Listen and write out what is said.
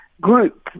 group